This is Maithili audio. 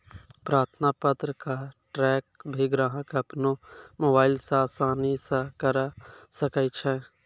प्रार्थना पत्र क ट्रैक भी ग्राहक अपनो मोबाइल स आसानी स करअ सकै छै